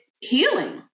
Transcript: healing